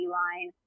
line